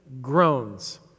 groans